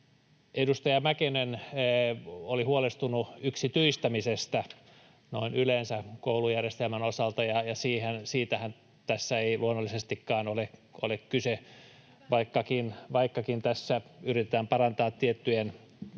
Edustaja Mäkynen oli huolestunut yksityistämisestä noin yleensä koulujärjestelmän osalta, ja siitähän tässä ei luonnollisestikaan ole kyse, [Pia Lohikoski: Hyvä niin!] vaikkakin tässä yritetään parantaa tiettyjen oppilaiden,